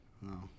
No